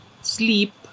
sleep